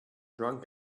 drunk